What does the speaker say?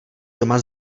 doma